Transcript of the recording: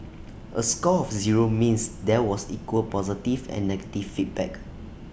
A score of zero means there was equal positive and negative feedback